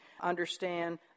understand